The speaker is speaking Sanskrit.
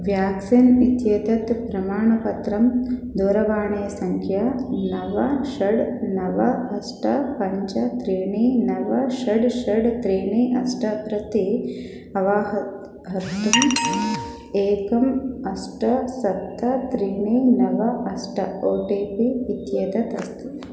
व्याक्सिन् इत्येतत् प्रमाणपत्रं दूरवाणीसङ्ख्या नव षड् नव अष्ट पञ्च त्रीणि नव षड् षड् त्रीणि अष्ट प्रति अवाहर्तुं हर्तुं एकम् अष्ट सप्त त्रीणि नव अष्ट ओ टि पि इत्येतत् अस्ति